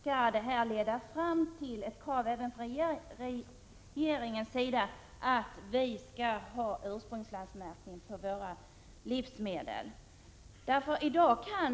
skall leda fram till ett krav även från regeringens sida på att våra livsmedel skall vara försedda med ursprungslandsmärkning.